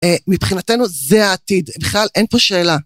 מבחינתנו זה העתיד, בכלל אין פה שאלה.